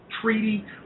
treaty